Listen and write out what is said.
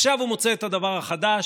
עכשיו הוא מוצא את הדבר החדש,